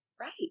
Right